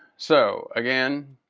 so again